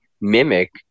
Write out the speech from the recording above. mimic